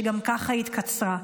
שגם ככה התקצרה.